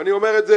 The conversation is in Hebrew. אני אומר את זה,